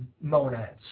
monads